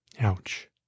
Ouch